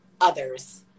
others